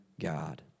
God